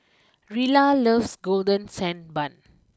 Rilla loves Golden Sand Bun